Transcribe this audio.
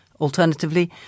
Alternatively